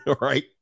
right